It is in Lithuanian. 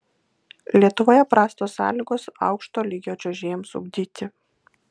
lietuvoje prastos sąlygos aukšto lygio čiuožėjams ugdyti